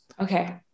Okay